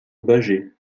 bâgé